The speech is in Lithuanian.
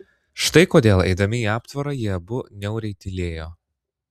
štai kodėl eidami į aptvarą jie abu niauriai tylėjo